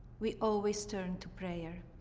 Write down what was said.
we always turn to prayer.